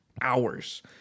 hours